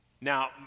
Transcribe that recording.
now